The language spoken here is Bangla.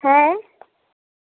হ্যাঁ